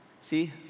See